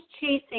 chasing